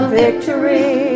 victory